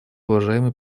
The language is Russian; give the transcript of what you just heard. уважаемый